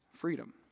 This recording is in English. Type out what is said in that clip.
freedom